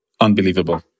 unbelievable